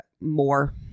more